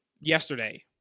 yesterday